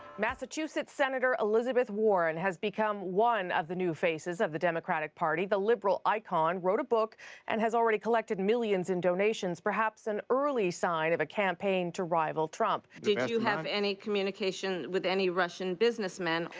massachusetts senator elizabeth warren has become one of the new faces of the democratic party, the liberal icon wrote a book and has already collected millions in donations, perhaps an early sign of a campaign to rival trump. did you have any communication with any russian businessman?